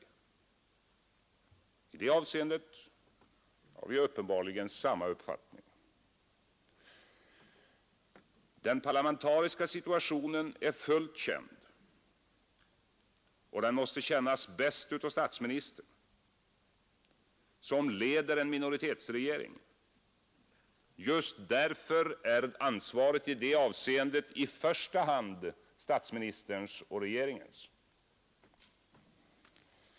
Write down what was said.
I det avseendet har vi uppenbarligen samma uppfattning. Den parlamentariska situationen är fullt känd, och den måste kännas bäst av statsministern, som leder en minoritetsregering. Just därför är ansvaret i det avseendet i första hand statsministerns och regeringens.